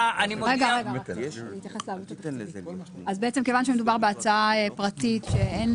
מודיע --- כיוון שמדובר בהצעה פרטית אין